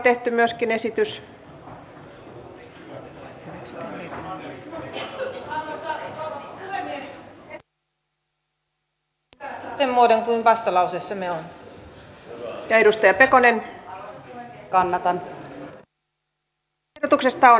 esitän että voimaantulosäännös saa sen muodon mikä vastalauseessamme on